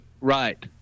Right